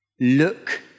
Look